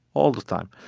all the time,